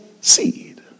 seed